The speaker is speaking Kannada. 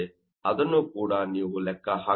ಅದನ್ನು ಕೂಡ ನೀವು ಲೆಕ್ಕ ಹಾಕಬಹುದು